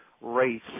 race